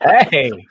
Hey